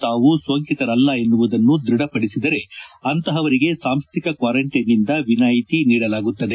ತಾವು ಸೋಂಕಿತರಲ್ಲ ಎನ್ನುವುದನ್ನು ದ್ವಡಪಡಿಸಿದರೆ ಅಂತವರಿಗೆ ಸಾಂಸ್ವಿಕ ಕ್ವಾರಂಟೈನ್ನಿಂದ ವಿನಾಯಿತಿ ನೀಡಲಾಗುತ್ತದೆ